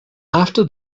after